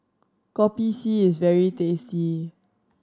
Kopi C is very tasty